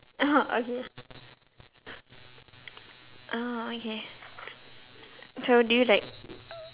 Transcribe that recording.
orh okay orh okay so do you like